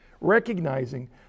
recognizing